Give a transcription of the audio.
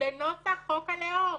בנוסח חוק הלאום,